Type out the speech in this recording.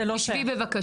זה לא שייך,